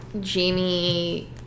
Jamie